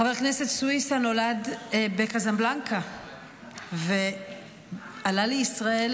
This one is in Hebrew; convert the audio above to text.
חבר הכנסת סויסה נולד בקזבלנקה ועלה לישראל